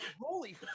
Holy